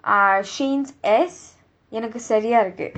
uh shein's S எனக்கு சரியா இருக்கு:enakku sariyaa irukku